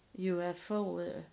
UFO